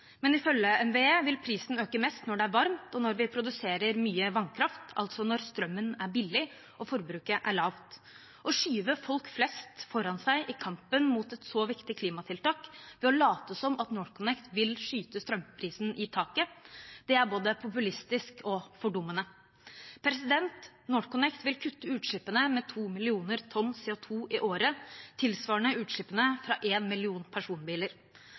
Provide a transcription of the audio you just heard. men ifølge NVE vil prisen øke mest når det er varmt, og når vi produserer mye vannkraft, altså når strømmen er billig og forbruket er lavt. Å skyve folk flest foran seg i kampen mot et så viktig klimatiltak ved å late som om NorthConnect vil skyte strømprisen i taket, er både populistisk og fordummende. NorthConnect vil kutte utslippene med 2 mill. tonn CO 2 i året, tilsvarende utslippene fra én million personbiler.